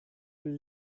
will